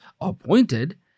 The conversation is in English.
appointed